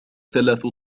ثلاث